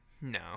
No